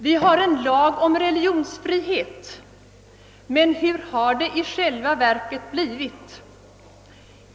Vi har en lag om religionsfrihet, men hur har det i själva verket blivit?